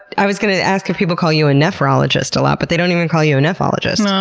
i was gonna ask if people call you a nephrologist a lot, but they don't even call you a nephologist. no,